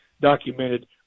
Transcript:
documented